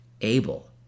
able